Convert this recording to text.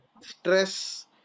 stress